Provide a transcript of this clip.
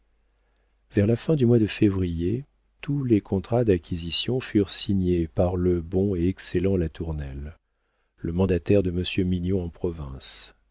vers la fin du mois de février tous les contrats d'acquisitions furent signés par le bon et excellent latournelle le mandataire de monsieur mignon en provence